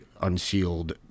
unsealed